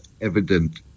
evident